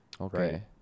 Okay